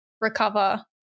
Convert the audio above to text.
recover